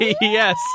Yes